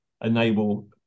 enable